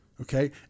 Okay